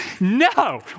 No